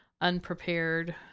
unprepared